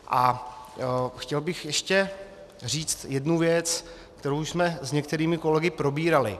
A chtěl bych ještě říct jednu věc, kterou už jsme s některými kolegy probírali.